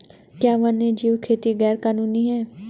क्या वन्यजीव खेती गैर कानूनी है?